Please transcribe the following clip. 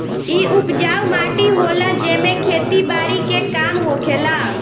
इ उपजाऊ माटी होला जेमे खेती बारी के काम होखेला